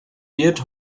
wird